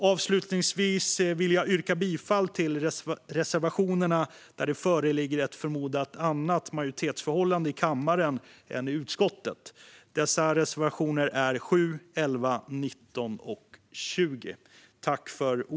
Avslutningsvis vill jag yrka bifall till de reservationer där det föreligger ett förmodat annat majoritetsförhållande i kammaren än i utskottet. Dessa reservationer är 7, 11, 19 och 20.